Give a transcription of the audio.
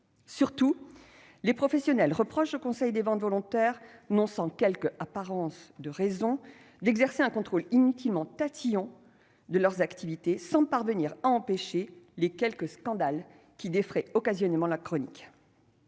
Surtout, les professionnels reprochent au Conseil des ventes volontaires, non sans quelque apparence de raison, d'exercer un contrôle inutilement tatillon de leurs activités, sans parvenir à empêcher les quelques scandales qui défraient occasionnellement la chronique.